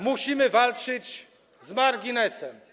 Musimy walczyć z marginesem.